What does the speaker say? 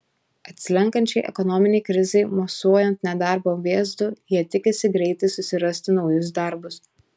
atslenkančiai ekonominei krizei mosuojant nedarbo vėzdu jie tikisi greitai susirasti naujus darbus